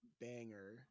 Banger